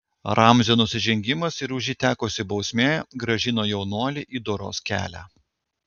ramzio nusižengimas ir už jį tekusi bausmė grąžino jaunuolį į doros kelią